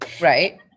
Right